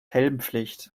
helmpflicht